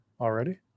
already